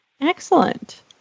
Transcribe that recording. Excellent